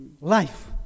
life